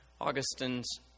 Augustine's